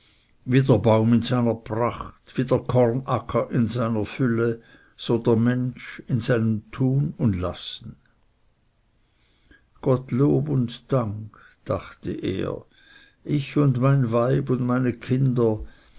der baum in seiner pracht wie der kornacker in seiner fülle so der mensch in seinem tun und lassen gott lob und dank dachte er ich und mein weib und meine kinder